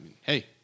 hey